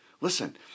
Listen